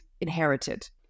inherited